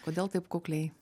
kodėl taip kukliai